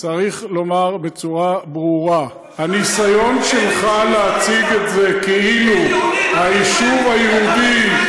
צריך לומר בצורה ברורה: הניסיון שלך להציג את זה כאילו היישוב היהודי,